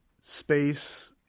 Space